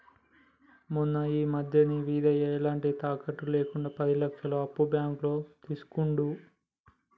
మొన్న ఈ మధ్యనే వీరయ్య ఎలాంటి తాకట్టు లేకుండా పది లక్షల అప్పు బ్యాంకులో తీసుకుండు